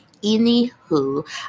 Anywho